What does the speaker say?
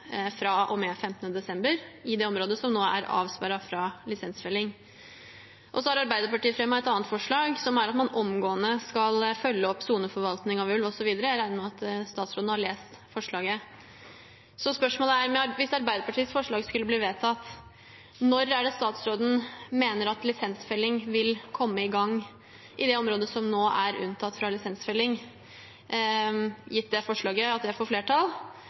desember i det området som nå er avsperret fra lisensfelling. Så har Arbeiderpartiet fremmet et annet forslag, som er at man omgående skal følge opp soneforvaltningen for ulv osv. Jeg regner med at statsråden har lest forslaget. Spørsmålet er: Hvis Arbeiderpartiets forslag skulle bli vedtatt, når er det statsråden mener at lisensfelling vil komme i gang i det området som nå er unntatt fra lisensfelling, gitt at det forslaget får flertall?